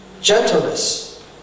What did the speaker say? Gentleness